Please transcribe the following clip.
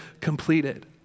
completed